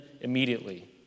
immediately